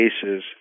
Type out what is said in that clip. cases